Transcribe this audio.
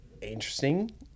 interesting